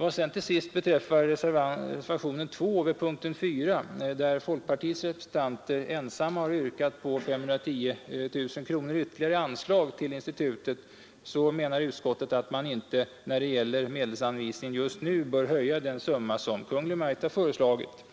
Vad till sist beträffar reservationen 2 vid punkten 4, där folkpartiets representanter ensamma yrkar 510 000 kronor ytterligare i anslag till institutet för social forskning, menar utskottet att man inte när det gäller medelsanvisningen just nu bör höja den summa som Kungl. Maj:t föreslagit.